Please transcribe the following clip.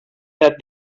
that